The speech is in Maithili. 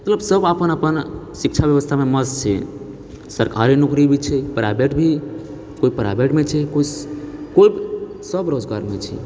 मतलब सभ अपन अपन शिक्षा व्यवस्थामे मस्त छै सरकारी नौकरी भी छै प्राइवेट भी कोइ प्राइवेटमे छै कोइसँ कोइ सभ रोजगारमे छै